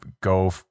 go